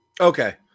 okay